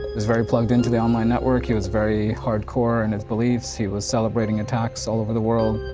was very plugged in to the online network, he was very hardcore in his beliefs, he was celebrating attacks all over the world.